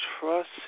trust